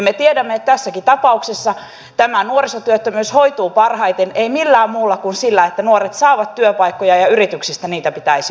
me tiedämme että tässäkin tapauksessa tämä nuorisotyöttömyys hoituu parhaiten ei millään muulla kuin sillä että nuoret saavat työpaikkoja ja yrityksistä niitä pitäisi löytyä